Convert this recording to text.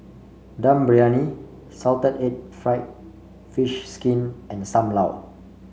Dum Briyani Salted Egg fried fish skin and Sam Lau